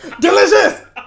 Delicious